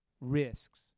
risks